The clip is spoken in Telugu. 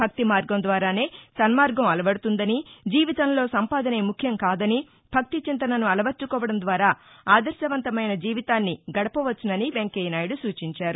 భక్తి మార్గం ద్వారానే సన్మార్గం అలవడుతుందని జీవితంలో సంపాదనే ముఖ్యంకాదనిభక్తి చింతనను అలవర్చుకోవడం ద్వారా ఆదర్శవంతమైన జీవితాన్ని గడపవచ్చునని వెంకయ్యనాయుడు సూచించారు